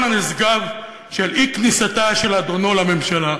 הנשגב של אי-כניסתו של אדונו לממשלה.